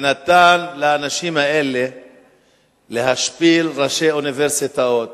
ונתן לאנשים האלה להשפיל ראשי אוניברסיטאות,